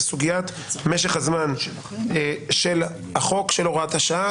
סוגיית משך הזמן של החוק של הוראת השעה,